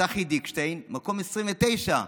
צחי דיקשטיין, מקום 29,